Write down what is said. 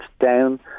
down